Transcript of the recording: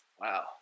wow